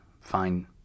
fine